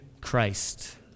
Christ